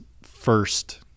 first